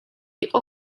იყო